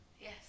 Yes